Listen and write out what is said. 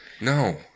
No